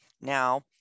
now